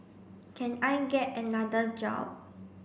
can I get another job